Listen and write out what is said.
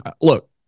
look